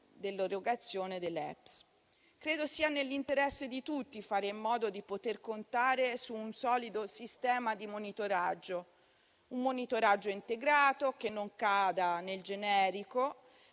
delle prestazioni sociali (LEPS). Credo sia nell'interesse di tutti fare in modo di poter contare su un solido sistema di monitoraggio: un monitoraggio integrato che non cada nel generico